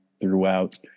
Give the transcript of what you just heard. throughout